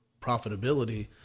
profitability